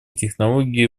технологии